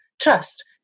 trust